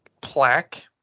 plaque